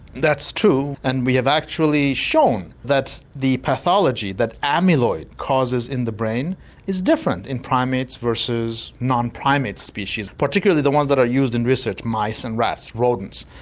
that's true and we've actually shown that the pathology that amyloid causes in the brain is different in primates versus non-primate species particularly the ones that are used in research mice and rats, rodents.